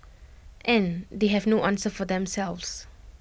and they have no answer for themselves